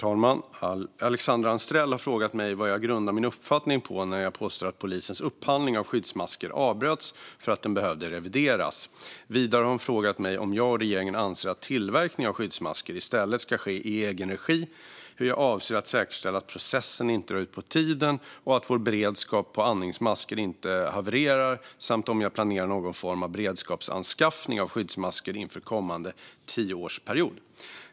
Herr talman! har frågat mig vad jag grundar min uppfattning på när jag påstår att polisens upphandling av skyddsmasker avbröts för att den behövde revideras. Vidare har hon frågat mig om jag och regeringen anser att tillverkning av skyddsmasker i stället ska ske i egen regi, hur jag avser att säkerställa att processen inte drar ut på tiden och att vår beredskap på andningsmasker inte havererar samt om jag planerat någon form av beredskapsanskaffning av skyddsmasker inför kommande tioårsperiod.